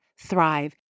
thrive